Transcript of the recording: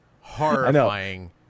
horrifying